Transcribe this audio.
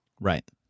Right